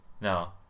no